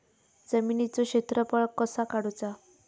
जमिनीचो क्षेत्रफळ कसा काढुचा?